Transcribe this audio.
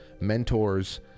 mentors